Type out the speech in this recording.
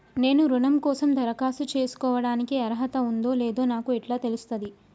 నేను రుణం కోసం దరఖాస్తు చేసుకోవడానికి అర్హత ఉందో లేదో నాకు ఎట్లా తెలుస్తది?